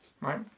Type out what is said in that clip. right